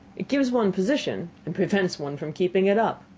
it gives one position, and prevents one from keeping it up.